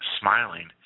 smiling